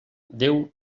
déu